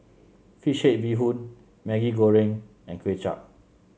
fish head Bee Hoon Maggi Goreng and Kway Chap